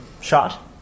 Shot